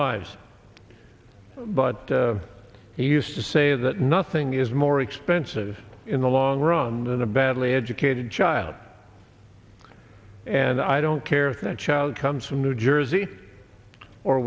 lives but he used to say that nothing is more expensive in the long run than a badly educated child and i don't care if that child comes from new jersey or